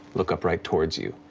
look up right towards you.